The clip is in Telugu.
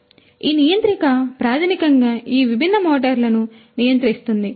కాబట్టి ఈ నియంత్రిక ప్రాథమికంగా ఈ విభిన్న మోటారులను నియంత్రిస్తుంది